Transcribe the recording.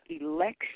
election